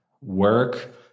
work